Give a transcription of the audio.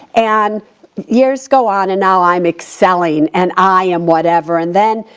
and years go on and now i'm excelling and i am whatever and then,